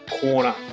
corner